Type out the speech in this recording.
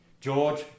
George